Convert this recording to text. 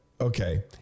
Okay